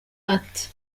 ati